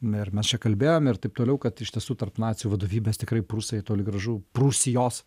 me ir mes čia kalbėjom ir taip toliau kad iš tiesų tarp nacių vadovybės tikrai prūsai toli gražu prūsijos